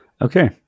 Okay